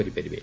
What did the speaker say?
କରିପାରିବେ